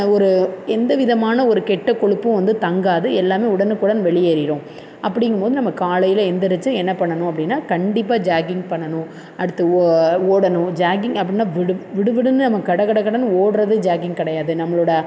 ஒரு எந்த விதமான ஒரு கெட்ட கொழுப்பும் வந்து தங்காது எல்லாமே உடனுக்குடன் வெளியேறிடும் அப்படிங்கும் போது நம்ம காலையில் எழுந்துருச்சி என்ன பண்ணணும் அப்படின்னா கண்டிப்பாக ஜாகிங் பண்ணணும் அடுத்து ஓ ஓடணும் ஜாகிங் அப்படின்னா விடு விடு விடுன்னு நம்ம கட கட கடன்னு ஓடுறது ஜாகிங் கிடையாது நம்மளோடய